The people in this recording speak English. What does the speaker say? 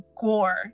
gore